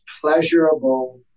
pleasurable